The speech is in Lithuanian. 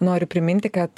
noriu priminti kad